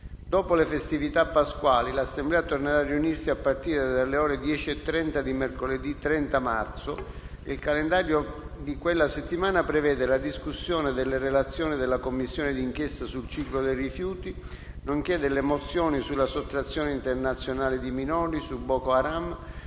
Dopo le festività pasquali, l'Assemblea tornerà a riunirsi a partire dalle ore 10,30 di mercoledì 30 marzo. Il calendario di quella settimana prevede la discussione delle relazioni della Commissione di inchiesta sul ciclo dei rifiuti, nonché delle mozioni sulla sottrazione internazionale di minori, su Boko Haram,